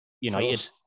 United